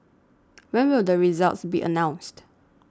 when will the results be announced